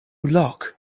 lock